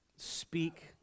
Speak